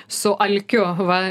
su alkiu va